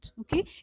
okay